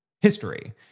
history